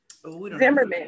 Zimmerman